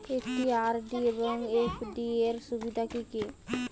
একটি আর.ডি এবং এফ.ডি এর সুবিধা কি কি?